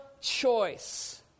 choice